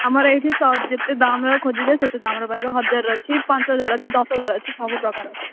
ଆମର ଏଇଠି ସ ଯେତେ ଦାମ୍ର ଖୋଜିବେ ସେତେ ଦାମ୍ର ପାଇବେ ହଜାର ଅଛି ପାଞ୍ଚ ହଜାର ଅଛି ଦଶ ହଜାର ଅଛି ସବୁପ୍ରକାର ଅଛି